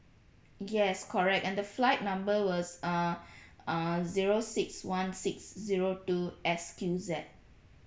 yes correct and the flight number was uh err zero six one six zero two S Q Z